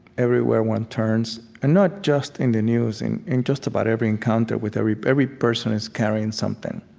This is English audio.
everywhere one turns and not just in the news, in in just about every encounter with every every person is carrying something.